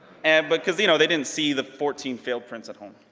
and but because, you know, they didn't see the fourteen failed prints at home.